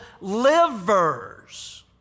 livers